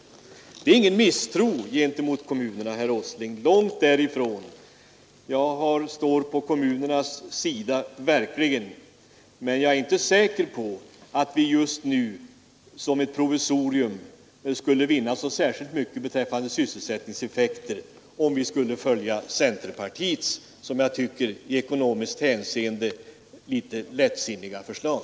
Detta är ingen misstro gentemot kommunerna, herr Åsling. Långt därifrån. Jag står verkligen på kommunernas sida. Men jag är inte säker på att vi just nu som ett provisorium skulle vinna så särskilt mycket i sysselsättningseffekter, om vi skulle följa centerpartiets som jag tycker i ekonomiskt hänseende litet lättsinniga förslag.